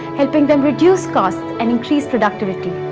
helping them reduce costs and increase productivity.